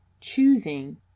choosing